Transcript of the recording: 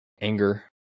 anger